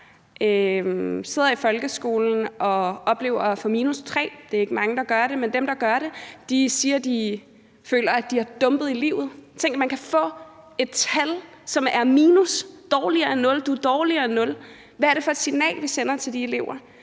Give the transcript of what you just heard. sidder i folkeskolen og oplever at få -3. Det er ikke mange, der gør det, men dem, der gør, siger, at de føler, at de er dumpet i livet. Tænk, at man kan få et tal, som er i minus og altså dårligere end nul. Du er dårligere end nul. Hvad er det for et signal, vi sender til de elever?